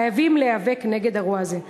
חייבים להיאבק נגד הרוע הזה.